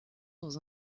dans